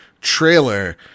trailer